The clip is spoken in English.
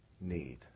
need